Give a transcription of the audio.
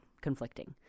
conflicting